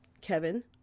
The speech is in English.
Kevin